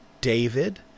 David